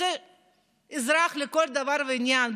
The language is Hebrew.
שזה אזרח לכל דבר ועניין,